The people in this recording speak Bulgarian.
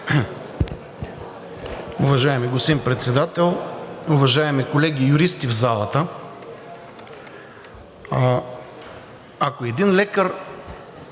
Уважаеми господин Председател, уважаеми колеги юристи в залата! Ако един лекар